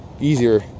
easier